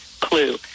clue